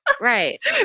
Right